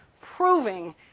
proving